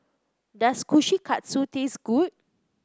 does Kushikatsu taste good